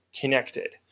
connected